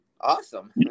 awesome